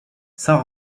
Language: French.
saint